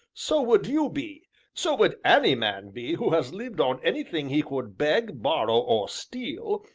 so would you be so would any man be who has lived on anything he could beg, borrow, or steal,